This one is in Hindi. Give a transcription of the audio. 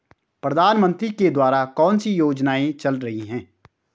प्रधानमंत्री के द्वारा कौनसी योजनाएँ चल रही हैं?